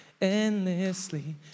endlessly